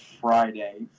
Friday